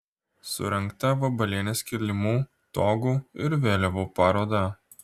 surengta vabalienės kilimų togų ir vėliavų paroda